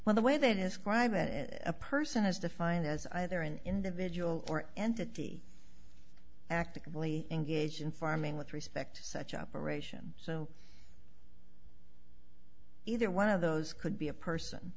well the way they describe it as a person is defined as either an individual or entity actively engaged in farming with respect to such operation so either one of those could be a person